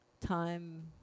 Time